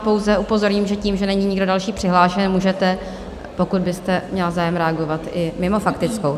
Pouze upozorním, že tím, že není nikdo další přihlášený, můžete, pokud byste měla zájem, reagovat i mimo faktickou.